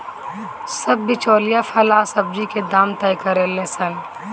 सब बिचौलिया फल आ सब्जी के दाम तय करेले सन